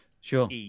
Sure